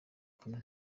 kumwe